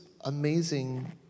amazing